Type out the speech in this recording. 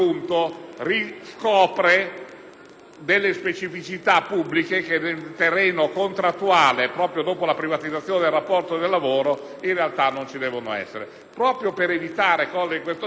specificità pubbliche che in terreno contrattuale, proprio dopo la privatizzazione del rapporto del lavoro, in realtà non ci devono essere. Per evitare cose di questo genere chiedo al Ministro